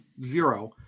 Zero